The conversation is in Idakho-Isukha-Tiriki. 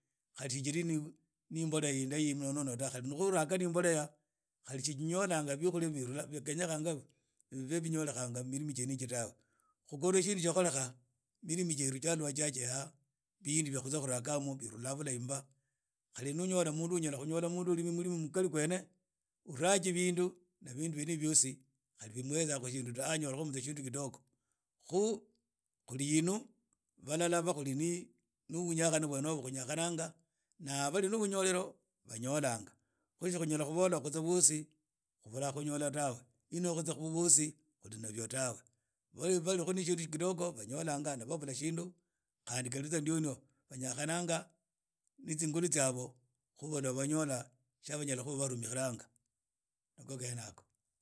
Kali tsijiri na imbolea inahi munono ta khali ni khuragha na imbolea khali si jinyolanhga biukhulia bia khenyekhanga bibe binyolekha mu milimi jene iji tabe ukhorwa tsiekholekha milimi tsiery tsalukha tsia khekha binu bia khurhagha birula bulahi mba khali ni unyola munu unyala khunyola munu ni ulimi mulimi mukhali khwene urhaji binu na bintu byene ibi byosi khali khu muhetsanga bintu ta ni anyola shintu kiitogo khuli inu balala ba khuli ni bunyakhanu nywa noho khunyakhananga na bali na bunyolelo banyolanga khuli tsi khunyala khunyola bintu byosi khubula khunyola tawe ni khutsa khu bitsi khu nay o tawe bali khu na shintu kitogo banyola ni babula shintu khanti khali tsa ntiono banyakhananga na tsingulu tsiabo khu bakuha banyola khunyala khuba khulumikhiranga nig ho gene yakhoo